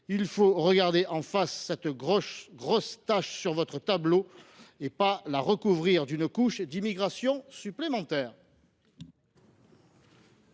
Il faut regarder en face cette grosse tache sur votre tableau, et non pas la recouvrir d’une couche d’immigration supplémentaire.